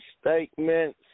statements